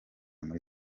muri